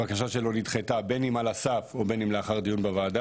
הבקשה שלו נדחתה בין אם על הסף או בין אם לאחר דיון בוועדה,